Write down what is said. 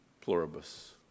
pluribus